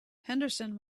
henderson